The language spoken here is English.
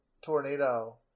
tornado